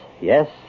yes